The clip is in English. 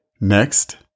Next